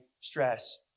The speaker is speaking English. stress